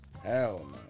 Hell